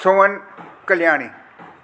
Sohan Kalyani